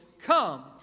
come